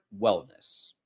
wellness